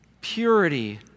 purity